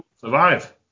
survive